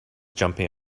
jumping